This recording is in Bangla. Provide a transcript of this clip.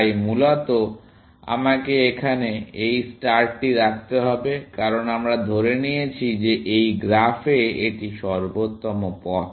তাই মূলত আমাকে এখানে এই ষ্টার টি রাখতে হবে কারণ আমরা ধরে নিয়েছি যে এই গ্রাফে এটি সর্বোত্তম পথ